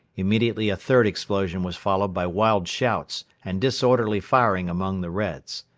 immediately a third explosion was followed by wild shouts and disorderly firing among the reds.